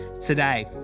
today